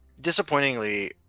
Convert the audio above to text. Disappointingly